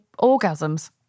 orgasms